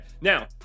Now